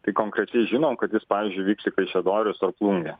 tai konkrečiai žinom kad jis pavyzdžiui vyks į kaišiadorius ar plungę